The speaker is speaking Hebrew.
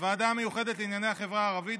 בוועדה המיוחדת לענייני החברה הערבית,